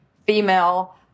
female